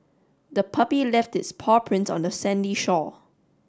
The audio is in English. the puppy left its paw prints on the sandy shore